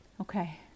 Okay